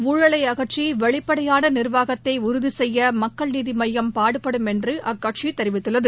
ம்முலை அகற்றி வெளிப்படையாள நிர்வாகத்தை உறுதி செய்ய மக்கள் நீதி மய்யம் பாடுபடும் என்று அக்கட்சி கூறியுள்ளது